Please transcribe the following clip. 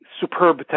superb